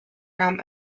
from